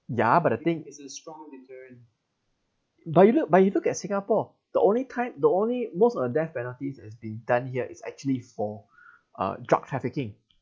ya but the thing but you look but you look at singapore the only kind the only most of the death penalties as been done here it's actually for uh drug trafficking